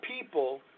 people